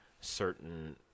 certain